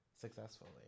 successfully